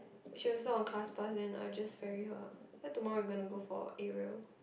she also on class pass then I just ferry her lor then tomorrow I'm gonna go for aerial